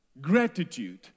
Gratitude